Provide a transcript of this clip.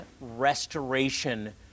restoration